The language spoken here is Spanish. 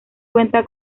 cuenta